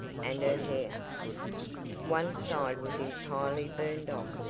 and her hair one side was entirely burned off!